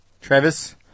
Travis